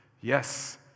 Yes